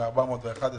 מה-411 מיליארד.